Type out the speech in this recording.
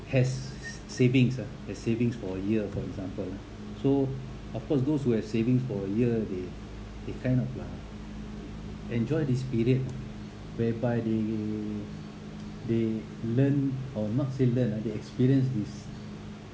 has savings ah has savings for a year for example so of course those who have savings for a year they they kind of uh enjoy this period ah whereby they they learn or not say learn ah they experience this